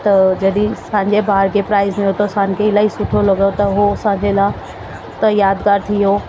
त जॾहिं असांजे ॿार खे प्राइज मिलियो त असांखे इलाही सुठो लॻो त उहो असांजे लाइ त यादगार थी वियो